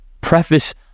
preface